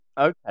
Okay